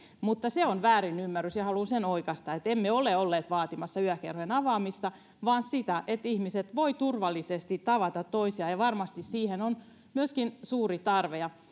mutta se on väärinymmärrys ja haluan oikaista että emme ole olleet vaatimassa yökerhojen avaamista vaan sitä että ihmiset voivat turvallisesti tavata toisiaan varmasti siihen on myöskin suuri tarve